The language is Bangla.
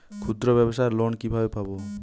ক্ষুদ্রব্যাবসার লোন কিভাবে পাব?